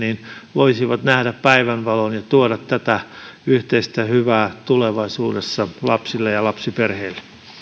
voisivat nähdä päivänvalon ja tuoda tätä yhteistä hyvää tulevaisuudessa lapsille ja lapsiperheille